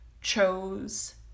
chose